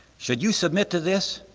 should you submit to this?